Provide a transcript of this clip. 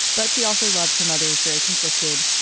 but she also loved her mother was very conflicted.